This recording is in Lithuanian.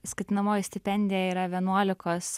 skatinamoji stipendija yra vienuolikos